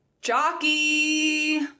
jockey